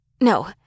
No